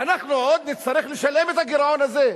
ואנחנו עוד נצטרך לשלם את הגירעון הזה.